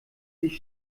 sich